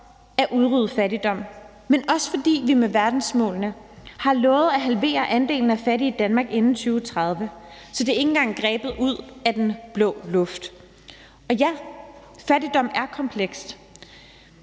at udrydde fattigdom. Men også fordi vi med verdensmålene har lovet at halvere andelen af fattige i Danmark inden 2030. Så det er ikke engang grebet ud af den blå luft. Og ja, fattigdom er komplekst.